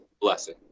blessing